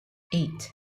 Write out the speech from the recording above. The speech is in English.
eight